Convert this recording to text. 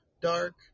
dark